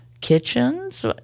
kitchens